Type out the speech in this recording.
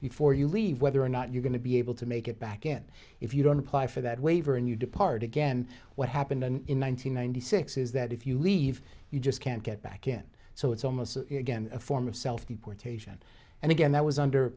before you leave whether or not you're going to be able to make it back in if you don't apply for that waiver and you depart again what happened in one thousand nine hundred six is that if you leave you just can't get back in so it's almost again a form of self deportation and again that was under